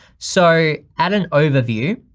so at an overview,